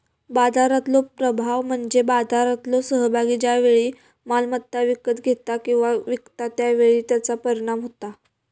बाजारातलो प्रभाव म्हणजे बाजारातलो सहभागी ज्या वेळी मालमत्ता विकत घेता किंवा विकता त्या वेळी त्याचा परिणाम होता